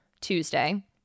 Tuesday